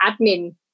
admin